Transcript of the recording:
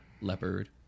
leopard